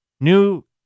New